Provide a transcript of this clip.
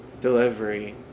delivery